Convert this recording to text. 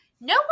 no